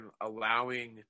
allowing